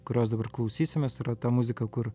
kurios dabar klausysimės yra ta muzika kur